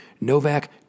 Novak